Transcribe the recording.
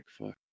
fuck